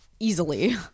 Easily